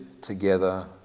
together